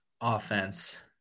offense